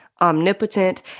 omnipotent